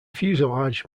fuselage